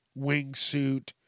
wingsuit